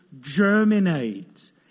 germinate